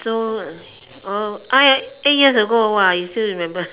so uh !wah! eight years ago you still remember